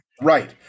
Right